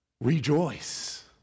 rejoice